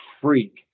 freak